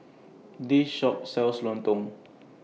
This Shop sells Lontong